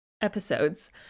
episodes